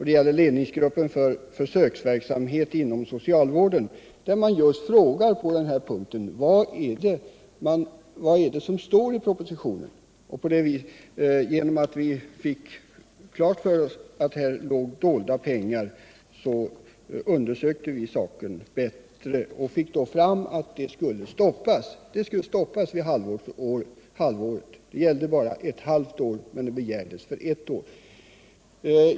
Det gäller ledningsgruppen för försöksverksamheten inom socialvården, som just på den här punkten frågar vad det är som står i propositionen. Genom att vi fick klart för oss att här fanns dolda pengar så undersökte vi saken närmare, och vi fick då fram att verksamheten skulle stoppas efter ett halvår. Det gällde bara ett halvt år, men begäran gällde ett år.